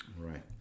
Right